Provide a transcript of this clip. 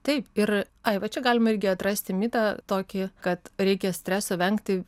taip ir ai va čia galim irgi atrasti mitą tokį kad reikia streso vengti